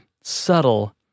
subtle